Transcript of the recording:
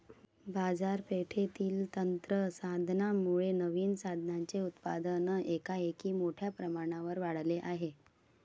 बाजारपेठेतील यंत्र साधनांमुळे नवीन साधनांचे उत्पादन एकाएकी मोठ्या प्रमाणावर वाढले आहे